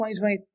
2020